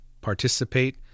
participate